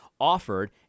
offered